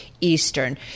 Eastern